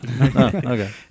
Okay